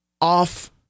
off